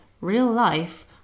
real-life